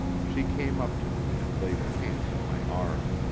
she came up to me and laid her hand on my arm.